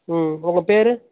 ம் உங்கள் பேர்